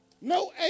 No